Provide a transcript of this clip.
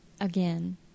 Again